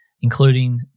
including